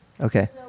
Okay